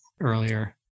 earlier